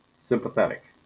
sympathetic